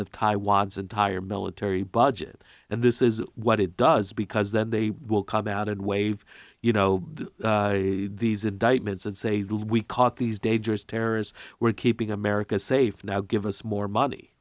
taiwan's entire military budget and this is what it does because then they will come out and wave you know these indictments and say look we caught these dangerous terrorists we're keeping america safe now give us more money